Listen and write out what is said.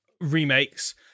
remakes